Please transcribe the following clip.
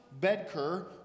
Bedker